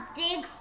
dig